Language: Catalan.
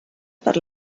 per